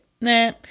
nah